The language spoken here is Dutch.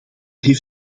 heeft